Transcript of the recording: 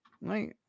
Right